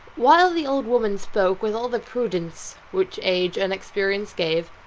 while the old woman spoke with all the prudence which age and experience gave,